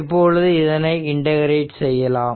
இப்பொழுது இதனை இன்டகிரேட் செய்யலாம்